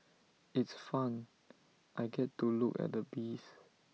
it's fun I get to look at the bees